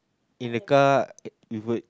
in a car it would